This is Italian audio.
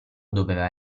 doveva